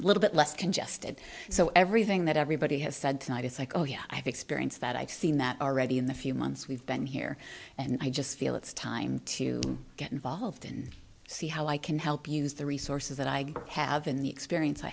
a little bit less congested so everything that everybody has said tonight is like oh yeah i've experienced that i've seen that already in the few months we've been here and i just feel it's time to get involved in see how i can help use the resources that i have in the experience i